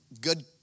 good